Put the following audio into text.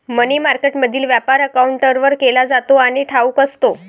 मनी मार्केटमधील व्यापार काउंटरवर केला जातो आणि घाऊक असतो